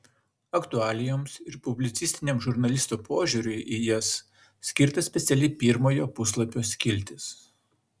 aktualijoms ir publicistiniam žurnalisto požiūriui į jas skirta speciali pirmojo puslapio skiltis